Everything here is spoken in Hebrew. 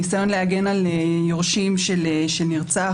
הניסיון להגן על יורשים של נרצח,